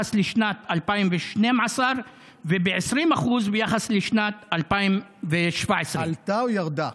ביחס לשנת 2012 וב-20% ביחס לשנת 2017. עלתה או ירדה?